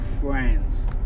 friends